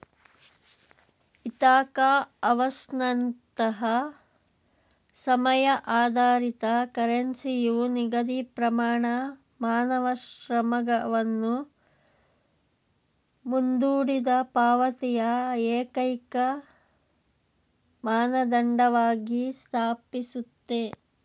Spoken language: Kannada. ಇಥಾಕಾ ಅವರ್ಸ್ನಂತಹ ಸಮಯ ಆಧಾರಿತ ಕರೆನ್ಸಿಯು ನಿಗದಿತಪ್ರಮಾಣ ಮಾನವ ಶ್ರಮವನ್ನು ಮುಂದೂಡಿದಪಾವತಿಯ ಏಕೈಕಮಾನದಂಡವಾಗಿ ಸ್ಥಾಪಿಸುತ್ತೆ